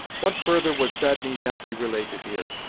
what further was said need not be related here.